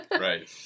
Right